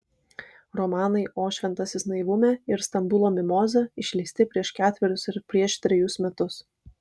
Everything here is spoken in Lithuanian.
romanai o šventasis naivume ir stambulo mimoza išleisti prieš ketverius ir prieš trejus metus